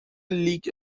لیگ